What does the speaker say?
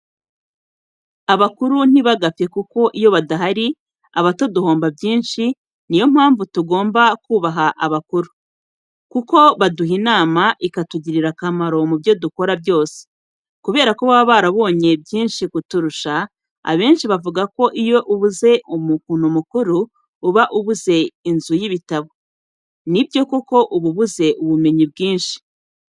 Abakuru ntibagapfe kuko iyo badahari abato duhomba byinshi niyo mpamvu tugomba kubaha abakuru. Kuko baduha inama ikatugirira akamaro mubyo dukora byose. Kubera ko baba barabonye byinshi kuturusha, abenshi bavugako iyo ubuze umuntu mukuru uba ubuze inzu y'ibitabo. Nibyo koko uba ubuze ubumenyi bwinshi.